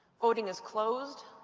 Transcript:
voting is closed.